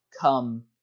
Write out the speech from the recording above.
come